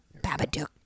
Babadook